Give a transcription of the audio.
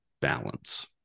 balance